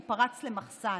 הוא פרץ למחסן.